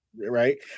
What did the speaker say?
Right